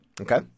Okay